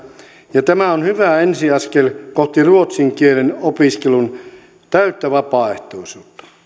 ja tämä on hyvä ensiaskel kohti ruotsin kielen opiskelun täyttä vapaaehtoisuutta